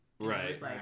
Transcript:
Right